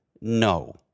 no